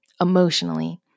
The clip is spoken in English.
emotionally